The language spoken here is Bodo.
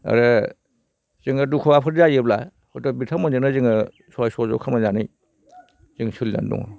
आरो जोङो दुखुफोर जायोब्ला हयथ' बिथांमोनजोंनो जोङो सहाय सहजग खालामनानै जों सोलिनानै दङ